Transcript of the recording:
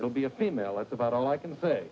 will be a female that's about all i can say